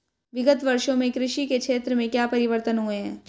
विगत वर्षों में कृषि के क्षेत्र में क्या परिवर्तन हुए हैं?